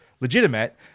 legitimate